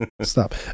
stop